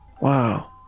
Wow